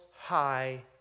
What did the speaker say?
high